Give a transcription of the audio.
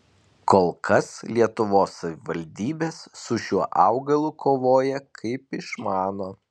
kol kas lietuvos savivaldybės su šiuo augalu kovoja kaip išmano